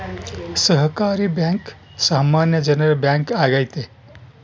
ಸಹಕಾರಿ ಬ್ಯಾಂಕ್ ಸಾಮಾನ್ಯ ಜನರ ಬ್ಯಾಂಕ್ ಆಗೈತೆ